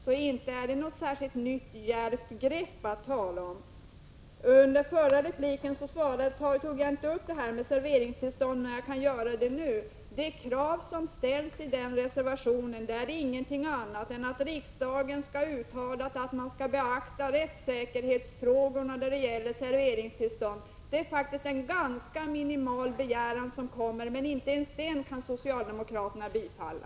Inte är det något nytt djärvt grepp att tala om! I min förra replik tog jag inte upp frågan om serveringstillstånd, men jag kan göra det nu. De krav som ställs i reservationen avser ingenting annat än att riksdagen skall uttala att rättssäkerhetsfrågorna beaktas när det gäller serveringstillstånd. Det är en ganska minimal begäran, men inte ens den vill socialdemokraterna bifalla.